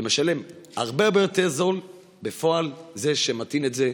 והוא משלם הרבה פחות בפועל מזה שמטעין את זה,